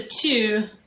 two